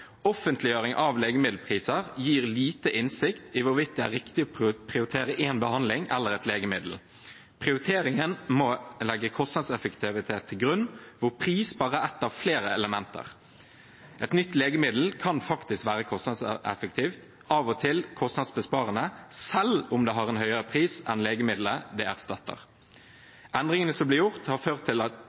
Offentliggjøring av legemiddelpriser gir liten innsikt i hvorvidt det er riktig å prioritere en behandling eller et legemiddel. Prioriteringen må legge kostnadseffektivitet til grunn, hvor pris bare er ett av flere elementer. Et nytt legemiddel kan faktisk være kostnadseffektivt – av og til kostnadsbesparende – selv om det har en høyere pris enn legemiddelet det erstatter. Endringene som ble gjort, har ført til at